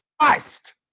Christ